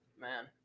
Man